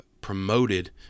promoted